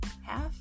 Half